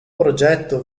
progetto